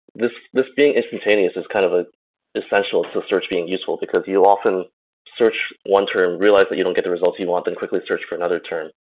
this this being instantaneous is kind of ah essential to search being useful because you'll often search one term, realize that you don't get the results you want, then quickly search for another term.